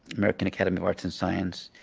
american academy of arts and science.